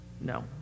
No